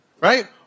right